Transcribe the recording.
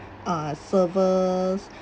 uh servers